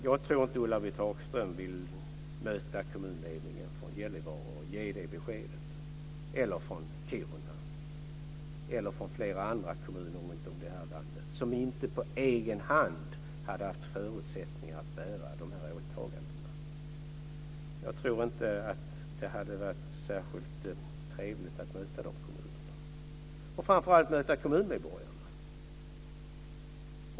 Jag tror inte att Ulla-Britt Hagström vill möta kommunledningen från Gällivare och ge det beskedet - eller från Kiruna och flera andra kommuner runtom i landet som inte på egen hand hade haft förutsättningar att bära åtagandena. Jag tror inte att det hade varit särskilt trevligt att möta de kommunerna. Framför allt hade det inte varit trevligt att möta kommunmedborgarna.